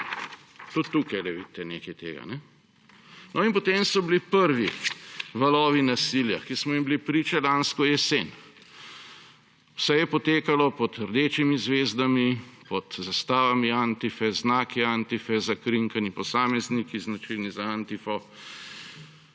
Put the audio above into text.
vidite nekaj tega. No, in potem so bili prvi valovi nasilja, ki smo jim bili priča lansko jesen. Vse je potekalo pod rdečimi zvezdami, pod zastavami Antife, znaki Antife, zakrinkani posamezniki – značilno za Antifo.